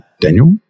Daniel